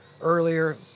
earlier